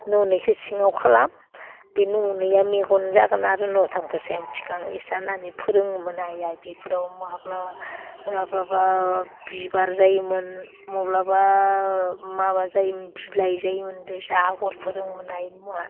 ननैखौ सिङाव खालाम बे ननैया मेगन जागोन आरो नथामखौ सायाव थिखां होननानै फोरोङोमोन आइआ बिफोराव माब्ला माब्लाबा बिबार जायोमोन माब्लाबा माबा जायोमोन बिलाइ जायोमोन बेबायदि आग'र फोरोङोमोन आइमोनहा